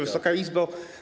Wysoka Izbo!